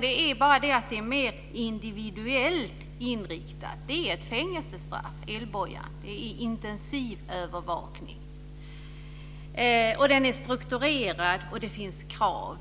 Det är bara det att straffet blir mer individuellt inriktat. Elbojan är ett fängelsestraff. Det är intensivövervakning. Den är strukturerad, och det finns krav.